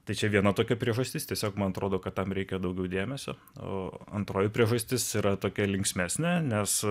tai čia viena tokia priežastis tiesiog man atrodo kad tam reikia daugiau dėmesio o antroji priežastis yra tokia linksmesnė nes